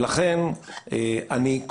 לכן אני,